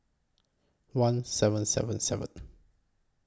one seven seven seven